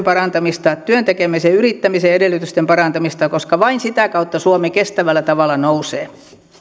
parantamista työn tekemisen ja yrittämisen edellytysten parantamista koska vain sitä kautta suomi kestävällä tavalla nousee